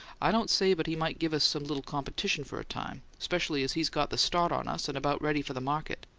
i don't say but he might give us some little competition for a time, specially as he's got the start on us and about ready for the market.